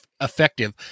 effective